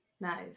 Nice